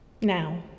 Now